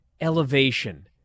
elevation